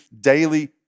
daily